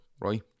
right